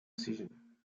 decision